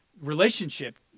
relationship